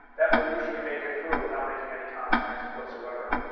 that will usually make it through without making any contact whatsoever.